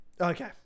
Okay